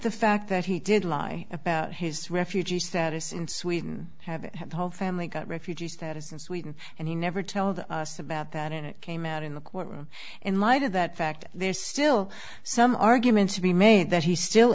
the fact that he did lie about his refugee status in sweden have had the whole family got refugee status in sweden and he never told us about that and it came out in the courtroom in light of that fact there's still some argument to be made that he's still